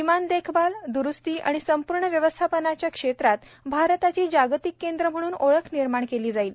विमान देखभाल द्रुस्ती आणि संपूर्ण व्यवस्थापनाच्या क्षेत्रात भारताची जागतिक केंद्र म्हणून ओळख निर्माण केली जाईल